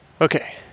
Okay